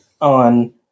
on